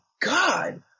God